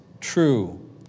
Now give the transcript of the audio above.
true